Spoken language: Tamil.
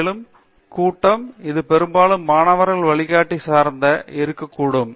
மேலும் கூட்டம் அது பெரும்பாலும் மாணவர்கள் வழிகாட்டி சார்ந்து இருக்க செய்யும்